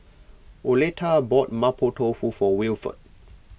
Oleta bought Mapo Tofu for Wilford